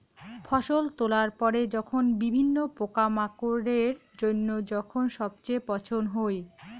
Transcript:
ফসল তোলার পরে যখন বিভিন্ন পোকামাকড়ের জইন্য যখন সবচেয়ে পচন হই